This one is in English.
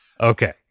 Okay